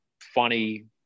funny